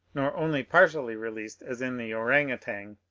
nor only partially released as in the oranjg-outang,